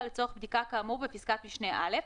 לצורך בדיקה כאמור בפסקת משנה (א),